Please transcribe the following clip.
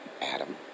Adam